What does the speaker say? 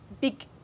big